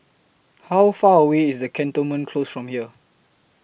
How Far away IS Cantonment Close from here